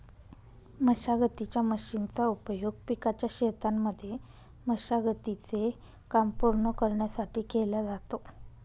मशागतीच्या मशीनचा उपयोग पिकाच्या शेतांमध्ये मशागती चे काम पूर्ण करण्यासाठी केला जातो